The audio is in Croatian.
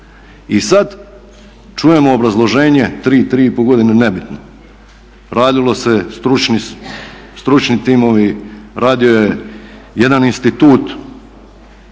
i sada čujemo obrazloženje tri, tri i pol godine nebitno, radilo se, stručni timovi, radio je jedan institut